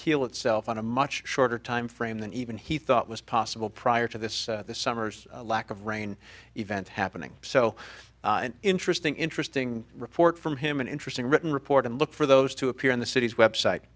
heal itself on a much shorter timeframe than even he thought was possible prior to this summer's lack of rain event happening so an interesting interesting report from him an interesting written report and look for those to appear in the city's website